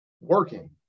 working